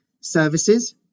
services